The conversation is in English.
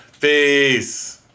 Peace